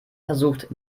versucht